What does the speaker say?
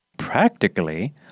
Practically